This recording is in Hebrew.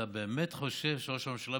אתה באמת חושב שראש הממשלה,